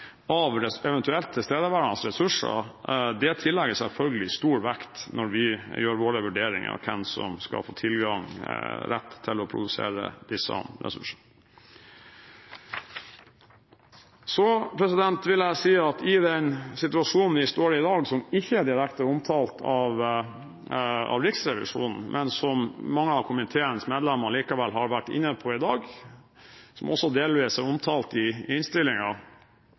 tilstedeværende ressurser, som tillegges stor vekt når vi gjør våre vurderinger av hvem som skal få tilgang og rett til å produsere disse ressursene. Jeg vil si at i den situasjonen vi står i i dag, som ikke er direkte omtalt av Riksrevisjonen, men som mange av komiteens medlemmer likevel har vært inne på i dag, som også delvis er omtalt i